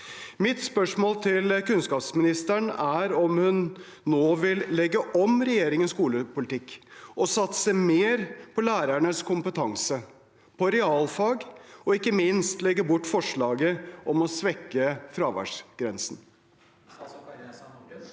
Mitt spørsmål til kunnskapsministeren er om hun nå vil legge om regjeringens skolepolitikk og satse mer på lærernes kompetanse og på realfag, og ikke minst legge bort forslaget om å svekke fraværsgrensen.